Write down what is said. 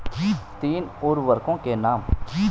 तीन उर्वरकों के नाम?